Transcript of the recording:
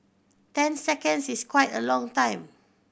ten seconds is quite a long time